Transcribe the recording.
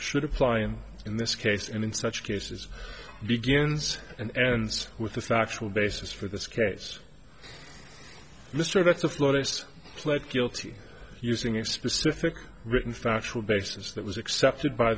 should apply in this case and in such cases begins and ends with the factual basis for this case mr that's a florist's pled guilty using a specific written factual basis that was accepted by